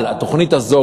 התוכנית הזאת,